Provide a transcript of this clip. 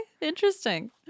interesting